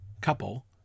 couple